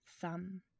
thumb